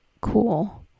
cool